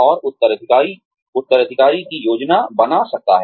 और उत्तराधिकारी की योजना बना सकता है